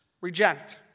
reject